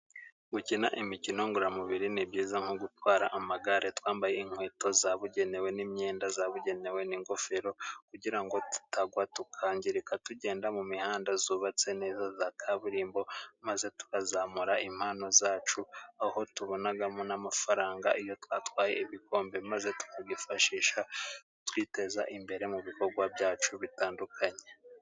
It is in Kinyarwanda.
Gukina imikino ngororamubiri ni byiza nko gutwara amagare twambaye inkweto zabugenewe n'imyenda yabugenewe, n'ingofero kugira ngo tutagwa tukangirika, tugenda mu mihanda yubatse neza ya kaburimbo, maze tukazamura impano zacu aho tubonamo n'amafaranga, iyo twatwaye ibikombe maze tukayifashisha twiteza imbere mu bikorwa byacu bitandukanye.